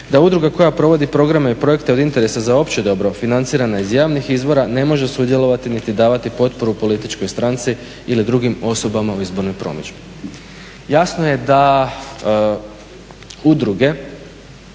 da udruga koja provodi programe i projekte od interesa za opće dobro financirana iz javnih izvora ne može sudjelovati niti davati potporu političkoj stranci ili drugim osobama u izbornoj promidžbi. Jasno je da udruge